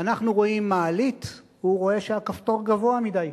אנחנו רואים מעלית, הוא רואה שהכפתור גבוה מדי,